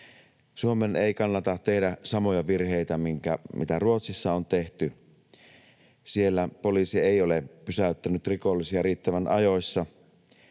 Suomen ei kannata tehdä samoja virheitä, mitä Ruotsissa on tehty. Siellä poliisi ei ole pysäyttänyt rikollisia riittävän ajoissa.